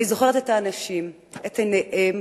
אני זוכרת את האנשים, את עיניהם